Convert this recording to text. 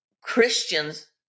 Christians